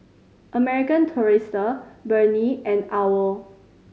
American Tourister Burnie and owl